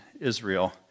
Israel